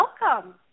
Welcome